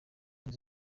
neza